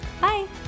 Bye